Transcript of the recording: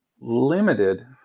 limited